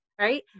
right